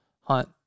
hunt